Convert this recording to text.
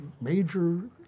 major